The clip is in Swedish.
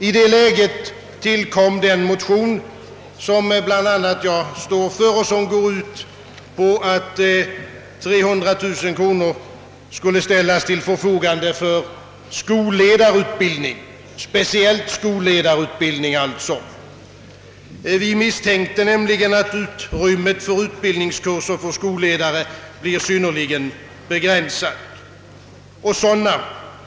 I detta läge tillkom den motion, som bland andra jag står för och som går ut på att 300 000 kronor skall ställas till förfogande för speciellt skolledarutbildning. Vi misstänkte nämligen, att utrymmet för utbildningskurser för skolledare skulle bli synnerligen begränsat.